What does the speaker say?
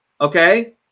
okay